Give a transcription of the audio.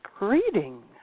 reading